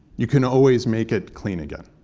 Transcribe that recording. you can always make it clean again.